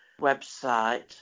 website